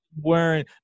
wearing